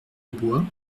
grosbois